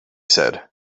said